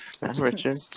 Richard